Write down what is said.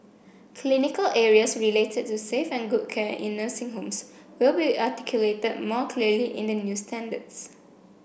clinical areas related to safe and good care in nursing homes will be articulated more clearly in the new standards